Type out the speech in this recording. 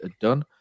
done